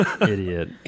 Idiot